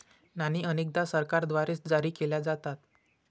नाणी अनेकदा सरकारद्वारे जारी केल्या जातात